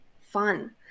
fun